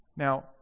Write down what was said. Now